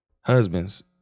husbands